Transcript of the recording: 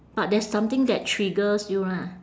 but there's something that triggers you lah